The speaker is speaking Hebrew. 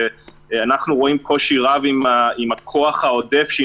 ואנחנו רואים קושי רב עם הכוח העודף שהיא